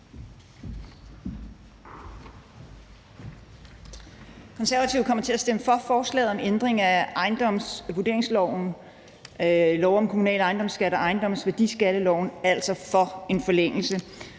Konservative kommer til at stemme for forslaget om ændring af ejendomsvurderingsloven, lov om kommunal ejendomsskat og ejendomsværdiskatteloven, altså stemme for en forlængelse.